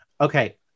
Okay